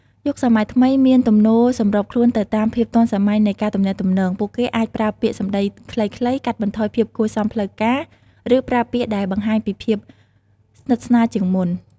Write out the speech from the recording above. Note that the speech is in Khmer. យុវជនសម័យថ្មីមានទំនោរសម្របខ្លួនទៅតាមភាពទាន់សម័យនៃការទំនាក់ទំនង ពួកគេអាចប្រើពាក្យសំដីខ្លីៗ កាត់បន្ថយភាពគួរសមផ្លូវការ ឬប្រើពាក្យដែលបង្ហាញពីភាពស្និទ្ធស្នាលជាងមុន។